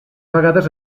vegades